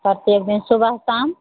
प्रति एक दिन सुबह शाम